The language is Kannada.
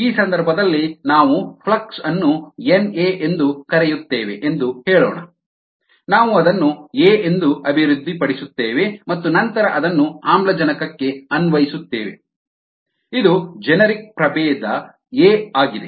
ಈ ಸಂದರ್ಭದಲ್ಲಿ ನಾವು ಫ್ಲಕ್ಸ್ ಅನ್ನು ಎನ್ಎ ಎಂದು ಕರೆಯುತ್ತೇವೆ ಎಂದು ಹೇಳೋಣ ನಾವು ಅದನ್ನು ಎ ಎಂದು ಅಭಿವೃದ್ಧಿಪಡಿಸುತ್ತೇವೆ ಮತ್ತು ನಂತರ ಅದನ್ನು ಆಮ್ಲಜನಕಕ್ಕೆ ಅನ್ವಯಿಸುತ್ತೇವೆ ಇದು ಜೆನೆರಿಕ್ ಪ್ರಭೇದ ಎ ಆಗಿದೆ